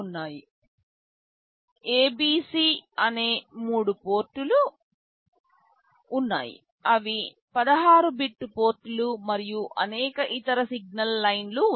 A B C అనే మూడు పోర్టులు ఉన్నాయి అవి 16 బిట్ పోర్టులు మరియు అనేక ఇతర సిగ్నల్ లైన్లు ఉన్నాయి